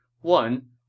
One